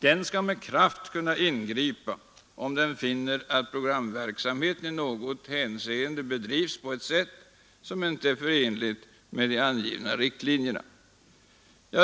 Den skall kunna ingripa med kraft om den finner att programverksamheten i något hänseende bedrivs på ett sätt som inte är förenligt med de angivna riktlinjerna.